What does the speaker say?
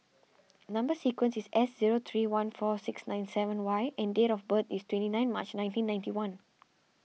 Number Sequence is S zero three one four six nine seven Y and date of birth is twenty nine March nineteen ninety one